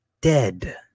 dead